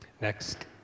Next